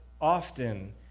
often